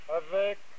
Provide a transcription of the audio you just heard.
avec